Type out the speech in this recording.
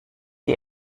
die